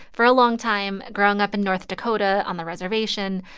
for a long time, growing up in north dakota on the reservation,